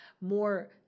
more